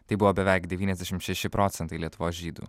tai buvo beveik devyniasdešimt šeši procentai lietuvos žydų